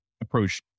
approach